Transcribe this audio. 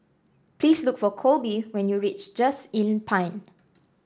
please look for Colby when you reach Just Inn Pine